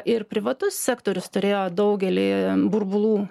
ir privatus sektorius turėjo daugelį burbulų